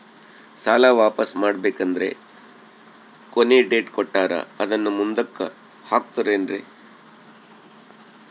ಸಾಲ ವಾಪಾಸ್ಸು ಮಾಡಬೇಕಂದರೆ ಕೊನಿ ಡೇಟ್ ಕೊಟ್ಟಾರ ಅದನ್ನು ಮುಂದುಕ್ಕ ಹಾಕುತ್ತಾರೇನ್ರಿ?